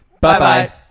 Bye-bye